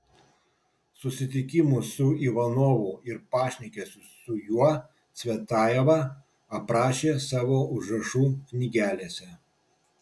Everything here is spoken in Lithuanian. susitikimus su ivanovu ir pašnekesius su juo cvetajeva aprašė savo užrašų knygelėse